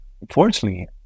unfortunately